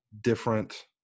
different